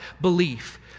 belief